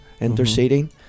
interceding